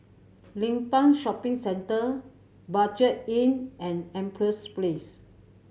Limbang Shopping Centre Budget Inn and Empress Place